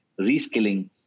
reskilling